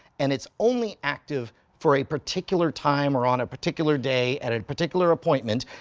and it's only active for a particular time, or on a particular day, at a particular appointment,